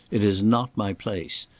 it is not my place.